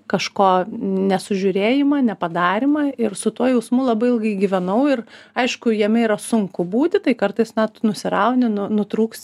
kažko nesužiurėjimą nepadarymą ir su tuo jausmu labai ilgai gyvenau ir aišku jame yra sunku būti tai kartais nusirauni nu nutrūks